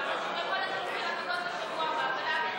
אבל הוא יכול לחכות לשבוע הבא ולהעביר את זה,